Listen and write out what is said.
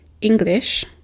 English